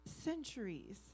centuries